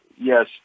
Yes